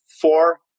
four